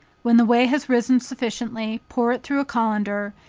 when the whey has risen sufficiently, pour it through a colander,